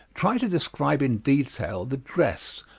try to describe in detail the dress,